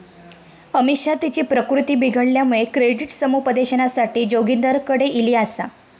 अमिषा तिची प्रकृती बिघडल्यामुळा क्रेडिट समुपदेशनासाठी जोगिंदरकडे ईली आसा